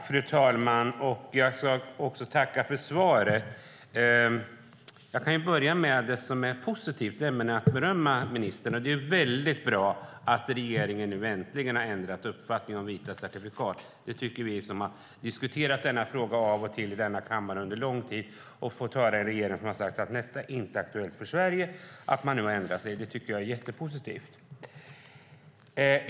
Fru talman! Jag tackar för svaret. Jag kan börja med det som är positivt, nämligen att berömma ministern. Det är väldigt bra att regeringen äntligen har ändrat uppfattning om vita certifikat. Det tycker vi som har diskuterat denna fråga av och till i denna kammare under lång tid och hört regeringen säga att detta är inte aktuellt för Sverige är jättepositivt.